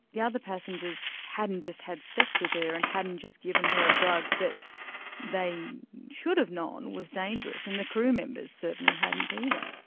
the other passengers hadn't just had sex with her and hadn't just given her a drug that they should have known was dangerous, and the crew members certainly hadn't either.